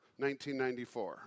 1994